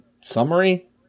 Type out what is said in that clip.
summary